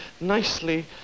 nicely